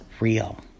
real